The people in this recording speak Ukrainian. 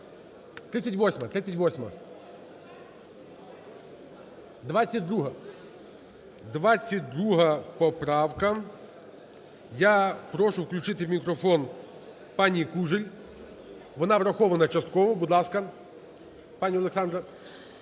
38-а. 38-а. 22-а. 22 поправка. Я прошу включити мікрофон пані Кужель. Вона врахована частково. Будь ласка, пані Олександра.